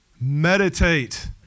Meditate